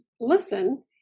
listen